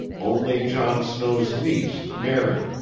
only john snow's niece, mary,